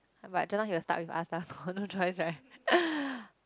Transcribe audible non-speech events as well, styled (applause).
but I don't know he will start with us lah got no choice right (laughs)